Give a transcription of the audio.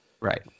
Right